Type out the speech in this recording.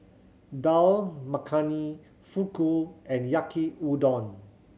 Dal Makhani Fugu and Yaki Udon